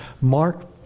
Mark